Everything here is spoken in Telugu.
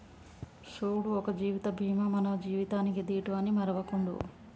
సూడు ఒక జీవిత బీమా మన జీవితానికీ దీటు అని మరువకుండు